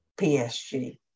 PSG